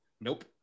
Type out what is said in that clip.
Nope